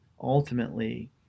ultimately